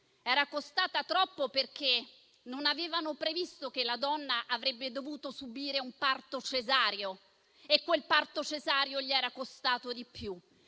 Era costata troppo, perché non avevano previsto che la donna avrebbe dovuto subire un parto cesareo e quel parto cesareo gli era costato di più.